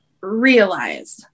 realize